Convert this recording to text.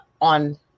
on